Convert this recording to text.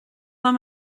liom